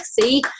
see